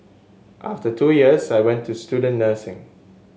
after two years I went to student nursing